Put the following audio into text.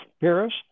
Paris